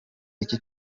iki